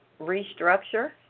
restructure